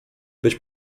być